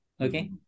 Okay